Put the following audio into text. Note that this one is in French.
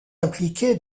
impliqué